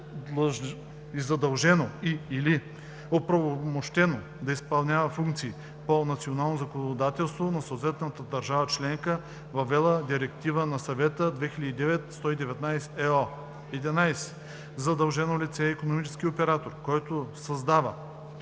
задължено и/или е оправомощено да изпълнява функции по националното законодателство на съответната държава – членка, въвела Директива на Съвета 2009/119/ЕО. 11. „Задължено лице“ е икономически оператор, който създава,